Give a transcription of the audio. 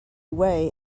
way